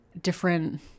different